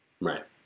Right